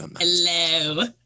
Hello